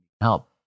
help